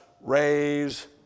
raise